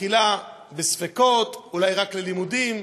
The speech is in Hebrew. בתחילה בספקות ואולי רק ללימודים